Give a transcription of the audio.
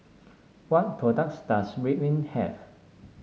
what products does Ridwind have